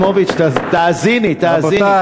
חברת הכנסת יחימוביץ, תאזיני, תאזיני.